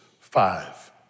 five